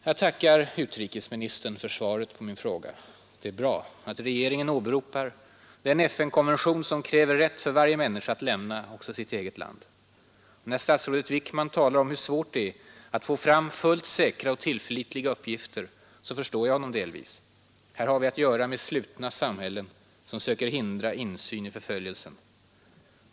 Jag tackar utrikesministern för svaret på min fråga. Det är bra att regeringen åberopar den FN-konvention som kräver rätt för varje människa att lämna också sitt eget land. Och när statsrådet Wickman talar om hur svårt det är att ”få fram fullt säkra och tillförlitliga uppgifter” förstår jag honom delvis. Här har vi att göra med slutna samhällen, som söker hindra insyn i förföljelsen.